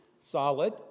solid